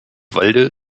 walde